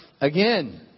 again